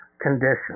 condition